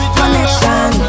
connection